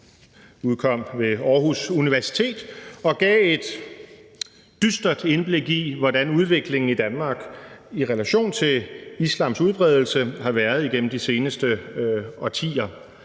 udkom ved Aarhus Universitet, og den gav et dystert indblik i, hvordan udviklingen i Danmark i relation til islams udbredelse har været igennem de seneste årtier.